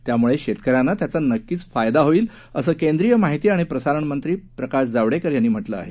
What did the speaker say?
त्यामुळे शेतकऱ्यांना त्याचा नक्कीच फायदा होईल असं केंद्रीय माहिती आणि प्रसारणमंत्री प्रकाश जावडेकर यांनी म्हटलं आहे